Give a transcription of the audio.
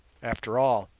after all,